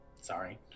Sorry